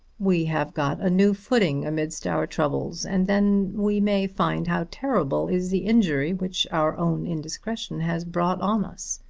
we have got a new footing amidst our troubles, and then we may find how terrible is the injury which our own indiscretion has brought on us.